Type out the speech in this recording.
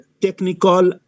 technical